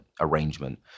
arrangement